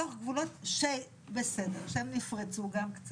בסדר, שגם קצת נפרצו.